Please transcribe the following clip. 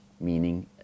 meaning